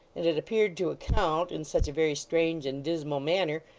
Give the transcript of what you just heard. and it appeared to account, in such a very strange and dismal manner,